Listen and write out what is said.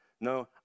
No